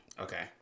Okay